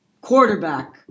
quarterback